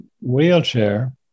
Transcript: wheelchair